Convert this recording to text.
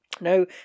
No